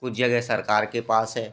कुछ जगह सरकार के पास है